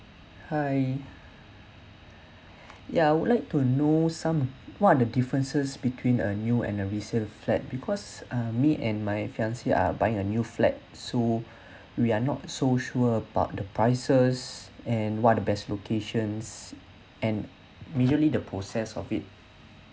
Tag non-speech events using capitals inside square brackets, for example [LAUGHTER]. hi [BREATH] ya I would like to know some what are the differences between a new and a resale flat because um me and my fiance are buying a new flat so [BREATH] we are not so sure about the prices and what are the best locations and majorly the process of it